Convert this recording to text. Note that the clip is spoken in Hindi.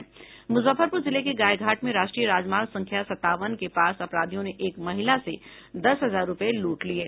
मूजफ्फरपूर जिले के गायघाट में राष्ट्रीय राजमार्ग संख्या सत्तावन के पास अपराधियों ने एक महिला से दस हजार रुपये लूट लिये